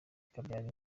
ikabyara